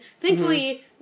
Thankfully